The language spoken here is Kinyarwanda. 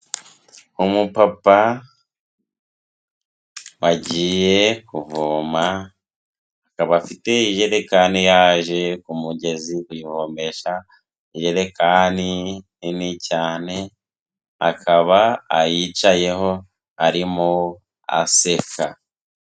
Umupapa wagiye kuvoma, akaba afite ijerekani yaje ku mugezi kuyivomesha, ijerekani nini cyane, akaba ayicayeho, arimo aseka.